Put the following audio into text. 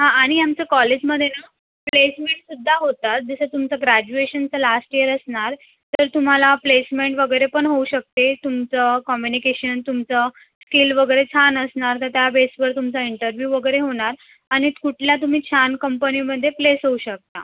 हां आणि आमच्या कॉलेजमध्ये ना प्लेसमेंटसुद्धा होतात जसं तुमचं ग्रॅजुएशनचं लास्ट इयर असणार तर तुम्हाला प्लेसमेंट वगैरे पण होऊ शकते तुमचं कम्युनिकेशन तुमचं स्किल वगैरे छान असणार तर त्या बेसवर तुमचा इंटरव्ह्यू वगैरे होणार आणि कुठल्या तुम्ही छान कंपनीमध्ये प्लेस होऊ शकता